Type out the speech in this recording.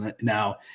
Now